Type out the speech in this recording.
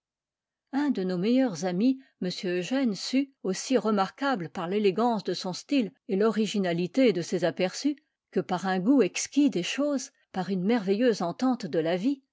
un de nos meilleurs amis m eugène sue aussi remarquable par l'élégance de son style et l'originalité de ses aperçus que par un goût exquis des choses par une merveilleuse entente de la vie